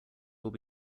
will